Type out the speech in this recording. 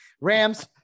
Rams